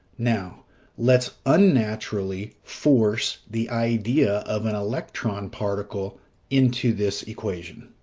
now let's unnaturally force the idea of an electron particle into this equation.